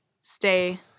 Stay